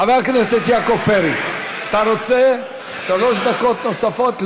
חבר הכנסת יעקב פרי, אתה רוצה, שלוש דקות נוספות?